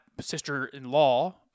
sister-in-law